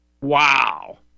Wow